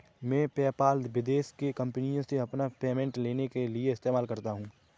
मैं पेपाल विदेश की कंपनीयों से अपना पेमेंट लेने के लिए इस्तेमाल करता हूँ